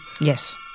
Yes